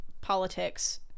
politics